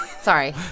Sorry